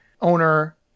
owner